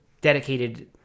dedicated